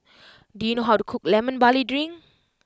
do you know how to cook Lemon Barley Drink